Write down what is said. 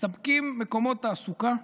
מספקים מקומות תעסוקה,